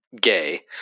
gay